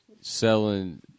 Selling